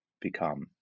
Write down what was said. become